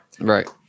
Right